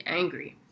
angry